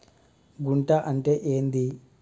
గుంట అంటే ఏంది?